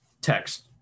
text